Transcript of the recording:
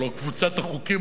קבוצת החוקים הללו,